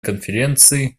конференции